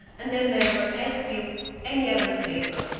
and have never asked you any other favor.